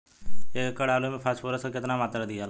एक एकड़ आलू मे फास्फोरस के केतना मात्रा दियाला?